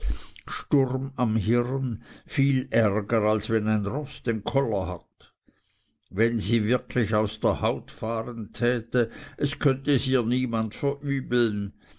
sturm am hirn viel ärger als wenn ein roß den koller hat wenn sie wirklich aus der haut fahren täte es könnte ihr es niemand verübeln